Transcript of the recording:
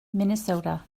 minnesota